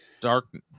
Dark